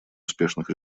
успешных